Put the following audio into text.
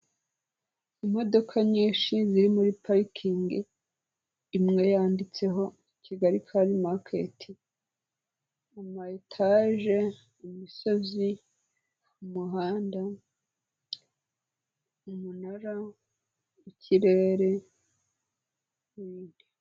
Imodoka nyinshi ziri muri parikingi imwe yanditseho Kigali kari maketi, amayetaje, imisozi, umuhanda, umunara, ikirere n'ibindi.